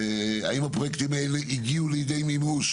האם הפרויקטים האלה הגיעו לידי מימוש.